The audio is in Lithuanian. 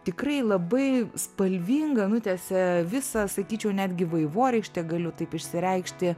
tikrai labai spalvingą nutęsia visą sakyčiau netgi vaivorykštę galiu taip išsireikšti